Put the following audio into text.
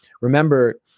Remember